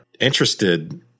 interested